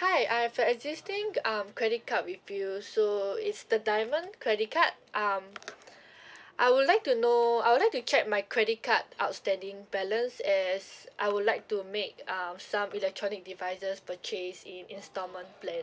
hi I have a existing um credit card with you so it's the diamond credit card um I would like to know I would like to check my credit card outstanding balance as I would like to make um some electronic devices purchase in instalment plan